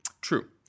True